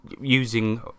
using